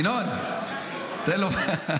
ינון, תן לו.